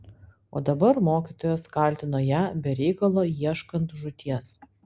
o dabar mokytojas kaltino ją be reikalo ieškant žūties